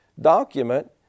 document